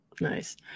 nice